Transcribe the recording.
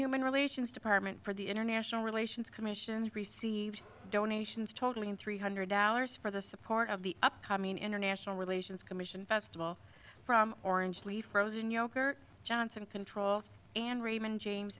human relations department for the international relations commission received donations totaling three hundred dollars for the support of the upcoming international relations commission festival from orange leaf frozen yogurt johnson controls and